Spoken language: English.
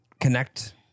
connect